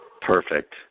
Perfect